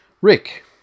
Rick